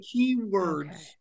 keywords